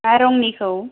मा रंनिखौ